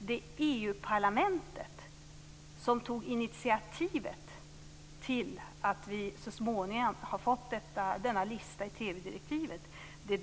Det är EU-parlamentet som tog initiativet till att vi så småningom har fått denna lista i TV-direktivet.